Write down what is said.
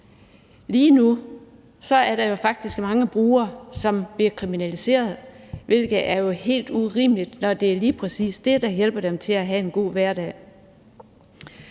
Lige nu er der jo faktisk mange brugere, som bliver kriminaliseret, hvilket er helt urimeligt, når det lige præcis er det, der hjælper dem til at have en god hverdag.